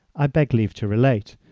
i beg leave to relate,